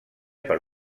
per